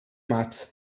max